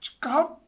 Come